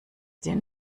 den